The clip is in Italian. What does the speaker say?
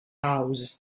house